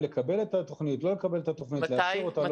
לקבל או לא לקבל את התוכנית ואם להשאיר אותה או לא להשאיר אותה.